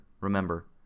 remember